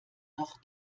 noch